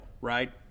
right